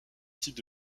types